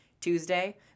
Tuesday